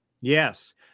Yes